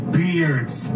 beards